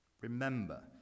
Remember